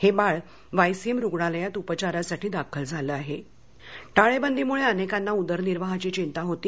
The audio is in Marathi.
हे बाळ वायसीएम रुग्णालयात उपचारासाठी दाखल झाले आहे टाळेबंदीमुळे अनेकांना उदरनिर्वाहाची चिंता होती